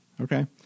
Okay